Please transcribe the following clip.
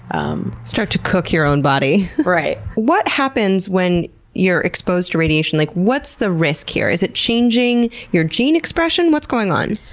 um start to cook your own body. right. what happens when you're exposed to radiation, like, what's the risk here? is it changing your gene expression? what's going on?